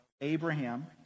Abraham